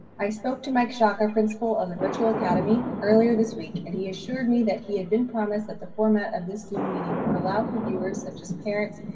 i spoke to mike sciacca, principal on the virtual academy earlier this week, and he assured me that he had been promised that the format of this zoom meeting would allow for viewers such as parents,